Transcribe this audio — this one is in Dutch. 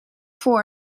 voor